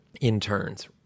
interns